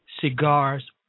Cigars